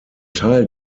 teil